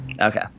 Okay